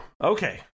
Okay